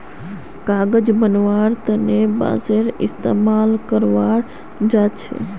कागज बनव्वार तने बांसेर इस्तमाल कराल जा छेक